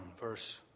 verse